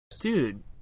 Dude